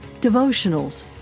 devotionals